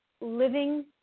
living